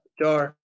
Jar